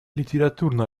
литературно